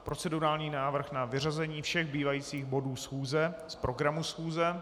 Procedurální návrh na vyřazení všech zbývajících bodů schůze z programu schůze.